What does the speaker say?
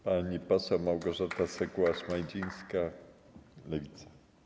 Pani poseł Małgorzata Sekuła-Szmajdzińska, Lewica.